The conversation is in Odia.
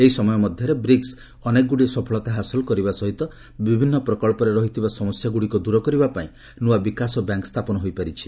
ଏହି ସମୟ ମଧ୍ୟରେ ବ୍ରିକ୍ନ ଅନ୍ୟଗୁଡିଏ ସଫଳତା ହାସଲ କରିବା ସହିତ ବିଭିନ୍ନ ପ୍ରକଳ୍ପରେ ରହିଥିବା ସମସ୍ୟାଗୁଡିକ ଦୂର କରିବା ପାଇଁ ନୂଆ ବିକାଶ ବ୍ୟାଙ୍କ ସ୍ଥାପନ ହୋଇପାରିଛି